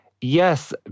Yes